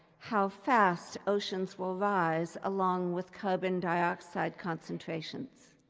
how fast oceans will rise along with carbon dioxide concentrations